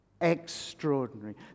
extraordinary